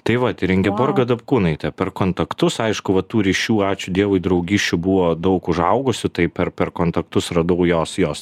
tai vat ir ingeborga dapkūnaitė per kontaktus aišku vat tų ryšių ačiū dievui draugysčių buvo daug užaugusių tai per per kontaktus radau jos jos